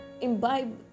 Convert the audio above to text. Imbibe